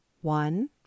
One